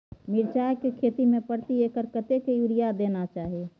मिर्चाय के खेती में प्रति एकर कतेक यूरिया देना चाही?